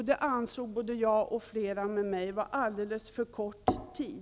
Det ansåg jag och flera med mig vara alldeles för kort tid.